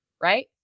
Right